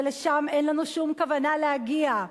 ולשם אין לנו שום כוונה להגיע.